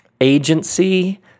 agency